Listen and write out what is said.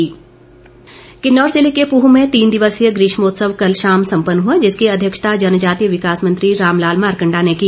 ग्रीष्मोत्सव किन्नौर जिले के पूह में तीन दिवसीय ग्रीष्मोत्सव कल शाम सम्पन्न हुआ जिसकी अध्यक्षता जनजातीय विकास मंत्री रामलाल मारकंडा ने की